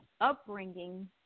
upbringing